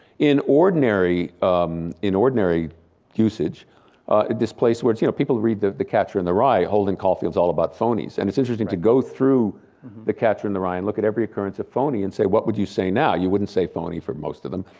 in ordinary um ordinary usage displaced words, you know people read the the catcher in the rye, holden caulfield's all about phonies and it's interesting to go through the catcher in the rye and look at every occurrence of phony and say, what would you say now? you wouldn't say phony for most of them,